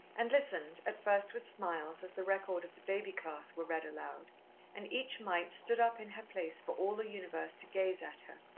and listened, at first with smiles as the record of the baby class were read aloud and each mite stood up in her place for all the universe to gaze at her,